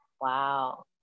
Wow